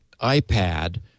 iPad